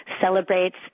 celebrates